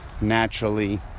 naturally